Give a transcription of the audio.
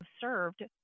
served